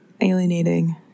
Alienating